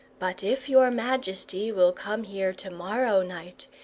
but if your majesty will come here to-morrow night,